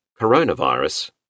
coronavirus